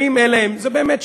האם אלה הם,